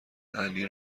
علی